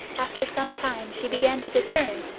after some time she began to discern,